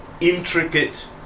intricate